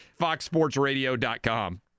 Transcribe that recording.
FoxSportsRadio.com